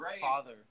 father